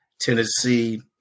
Tennessee